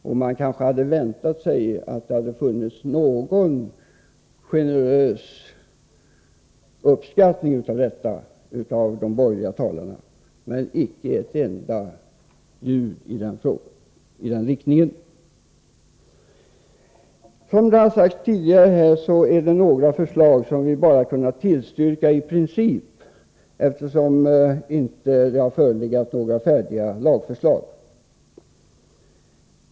Man hade kanske väntat sig att de borgerliga talarna skulle ha visat en generösare uppskattning av detta. Men icke ett enda ljud i den riktningen. Som det sagts tidigare är det några förslag som vi bara i princip kunnat tillstyrka, eftersom det inte förelegat några färdiga lagförslag.